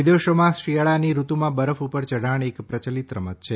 વિદેશોમાં શિયાળાની ઋતુમાં બરફ ઉપર ચઢાણ એક પ્રચલિત રમત છે